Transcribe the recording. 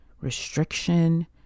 restriction